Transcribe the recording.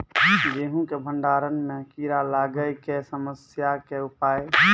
गेहूँ के भंडारण मे कीड़ा लागय के समस्या के उपाय?